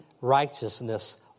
righteousness